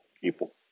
people